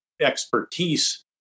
expertise